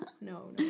no